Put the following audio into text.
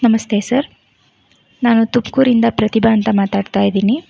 ನಮಸ್ತೆ ಸರ್ ನಾನು ತುಮಕೂರಿಂದ ಪ್ರತಿಭಾ ಅಂತ ಮಾತಾಡ್ತಾಯಿದ್ದೀನಿ